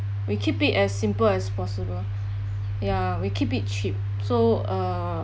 we keep it as simple as possible ya we keep it cheap so uh